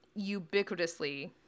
ubiquitously